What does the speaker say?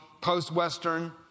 post-Western